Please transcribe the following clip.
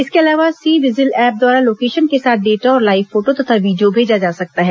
इसके अलावा C vigil app द्वारा लोकेशन के साथ डेटा और लाइव फोटो तथा वीडियो भेजा जा सकता है